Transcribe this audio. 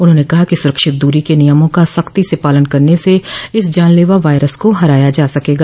उन्होंने कहा कि सुरक्षित दूरी के नियमों का सख्ती से पालन करने से इस जानलेवा वायरस को हराया जा सकगा